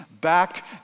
back